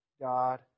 God